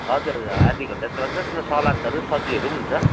हजुर हजुर आधा घन्टाजस्तो लाग्छ त्यसमा सलादहरू सब्जीहरू पनि हुन्छ